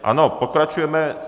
Ano, pokračujeme.